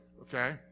okay